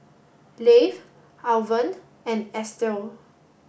Lafe Alvan and Estelle